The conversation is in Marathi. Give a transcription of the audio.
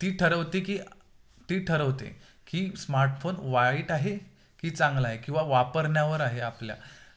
ती ठरवते की ती ठरवते की स्मार्टफोन वाईट आहे की चांगलं आहे किंवा वापरण्यावर आहे आपल्या